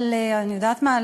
אני יודעת מה?